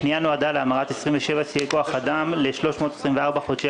הפנייה נועדה להמרת 27 שיאי כוח אדם ל- 324 חודשי